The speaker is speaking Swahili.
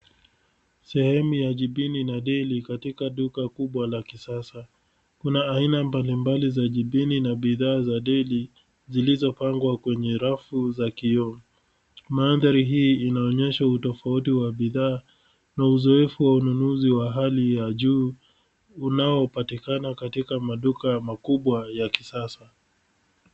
Sehemu ya jibini na deli katika duka kubwa la kisasa. Kuna aina mbalimbali za jibini na bidhaa za deli zilizopangwa kwenye rafu za kioo. Mandhari hii inaonyesha utofauti wa bidhaa na uzoefu wa ununuzi wa hali ya juu unaopatikana katika maduka ya makubwa ya kisasa.